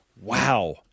Wow